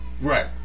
Right